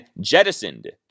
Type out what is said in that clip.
jettisoned